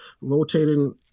Rotating